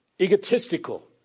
egotistical